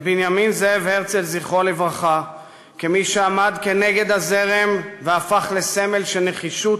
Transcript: את בנימין זאב הרצל כמי שעמד כנגד הזרם והפך לסמל של נחישות,